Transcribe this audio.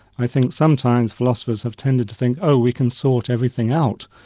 i think sometimes philosophers have tended to think oh, we can sort everything out',